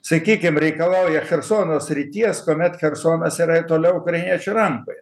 sakykim reikalauja chersono srities kuomet chersonas yra toliau ukrainiečių rankoje